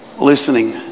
listening